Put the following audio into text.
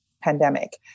pandemic